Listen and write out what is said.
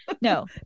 No